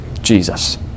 Jesus